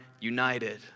united